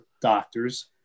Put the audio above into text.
doctors